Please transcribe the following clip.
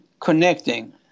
connecting